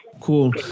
Cool